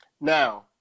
now